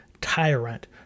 tyrant